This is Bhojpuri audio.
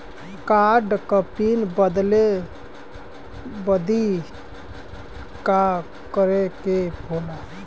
कार्ड क पिन बदले बदी का करे के होला?